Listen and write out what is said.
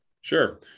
Sure